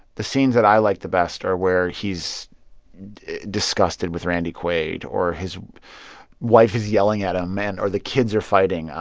the scenes that i like the best are where he's disgusted with randy quaid or his wife is yelling at him and or the kids are fighting.